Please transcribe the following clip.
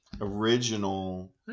original